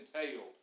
entailed